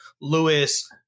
Lewis